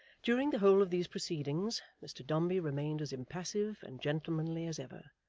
during the whole of these proceedings, mr dombey remained as impassive and gentlemanly as ever,